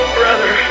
brother